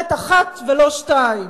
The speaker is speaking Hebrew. אמת אחת ולא שתיים.